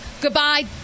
goodbye